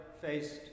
faced